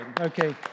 Okay